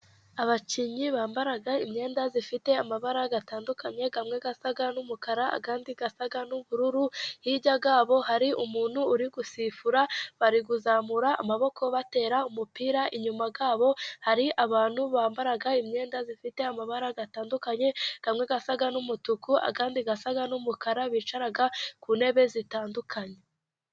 Abakinnyi bambara imyenda ifite amabara atandukanye: amwe asa n'umukara andi asa n'ubururu, hirya ya bo hari umuntu uri gusifura, bari kuzamura amaboko batera umupira, inyuma yabo hari abantu bambara imyenda ifite amabara atandukanye amwe asa n'umutuku andi asa n'umukara, bicara ku ntebe zitandukanye.